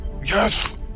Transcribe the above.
Yes